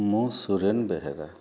ମୁଁ ସୁରେନ୍ ବେହେରା